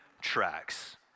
tracks